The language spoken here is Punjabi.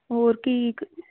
ਹੋਰ ਕੀ